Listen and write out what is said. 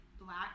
black